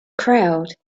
crowd